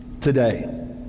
today